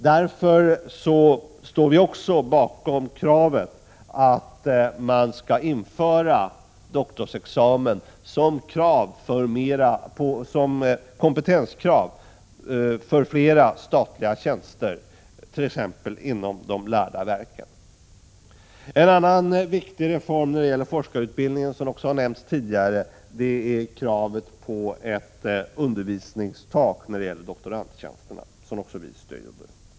Därför står vi bakom kravet att doktorsexamen skall införas som kompetenskrav för flera statliga tjänster, t.ex. inom de lärda verken. En annan viktig reform när det gäller forskarutbildningen som också har nämnts tidigare är kravet på ett undervisningstak för doktorandtjänster, och också vi stöder det kravet.